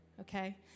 Okay